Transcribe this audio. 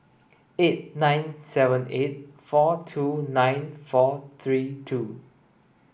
eight nine seven eight four two nine four three two